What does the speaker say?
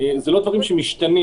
אלה לא דברים שמשתנים.